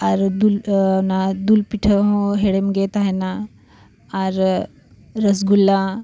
ᱟᱨ ᱫᱩᱞ ᱚᱱᱟ ᱫᱩᱞ ᱯᱤᱴᱷᱟᱹ ᱦᱚᱸ ᱦᱮᱲᱮᱢ ᱜᱮ ᱛᱟᱦᱮᱱᱟ ᱟᱨ ᱨᱚᱥᱜᱩᱞᱞᱟ